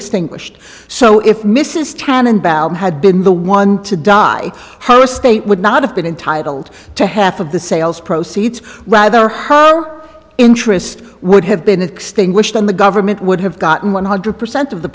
extinguished so if mrs tannenbaum had been the one to die her estate would not have been entitled to half of the sales proceeds rather her interest would have been extinguished and the government would have gotten one hundred percent of the